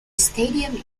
stadium